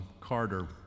Carter